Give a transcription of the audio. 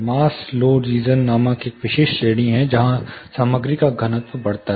मास low region नामक एक विशिष्ट श्रेणी है जहां सामग्री का घनत्व बढ़ता है